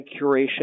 curation